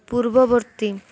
ପୂର୍ବବର୍ତ୍ତୀ